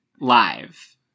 live